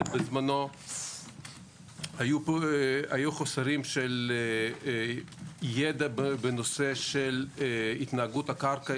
ובזמנו היו חסרים של ידע בנושא של התנהגות הקרקע,